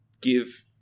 give